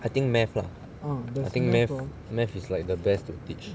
I think mathematics lah I think mathematics mathematics is like the best to teach